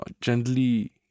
gently